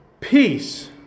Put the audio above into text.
Peace